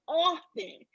often